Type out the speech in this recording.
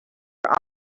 are